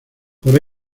por